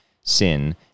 sin